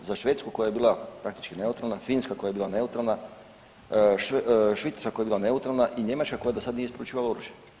Za Švedsku koja je bila praktički neutralna, Finska koja je bila neutralna, Švicarska koja je bila neutralna i Njemačka koja do sad nije isporučivala oružje.